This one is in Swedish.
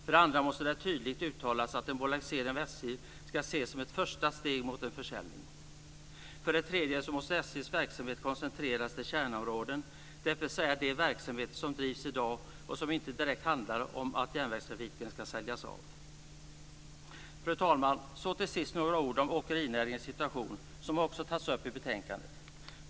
För det andra måste det tydligt uttalas att en bolagisering av SJ ska ses som ett första steg mot en försäljning. För det tredje måste SJ:s verksamhet koncentreras till kärnområden, dvs. de verksamheter som drivs i dag och som inte direkt handlar om att järnvägstrafiken ska säljas av. Fru talman! Till sist några ord om åkerinäringens situation, som också tas upp i betänkandet.